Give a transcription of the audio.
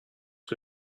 que